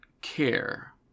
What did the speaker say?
care